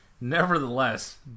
Nevertheless